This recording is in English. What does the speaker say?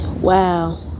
Wow